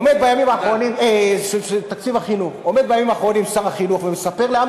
עומד בימים האחרונים שר החינוך ומספר לעם